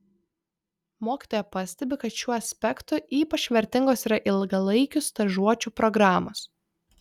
mokytoja pastebi kad šiuo aspektu ypač vertingos yra ilgalaikių stažuočių programos